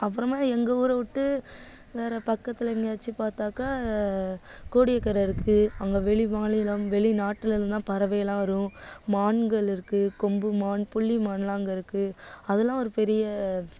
அப்புறமா எங்கள் ஊரை விட்டு வேறு பக்கத்தில் எங்கேயாச்சும் பார்த்தாக்க கோடியக்கரை இருக்குது அங்கே வெளிமாநிலம் வெளிநாட்டில் இருந்துலாம் பறவையிலாம் வரும் மான்கள் இருக்குது கொம்பு மான் புள்ளிமானெலாம் அங்கே இருக்குது அதெலாம் ஒரு பெரிய